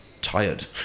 tired